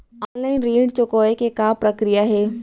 Online ऋण चुकोय के का प्रक्रिया हे?